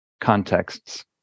contexts